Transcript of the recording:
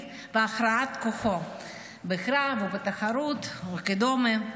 והכרעת כוחו בקרב או בתחרות וכדומה,